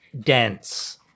dense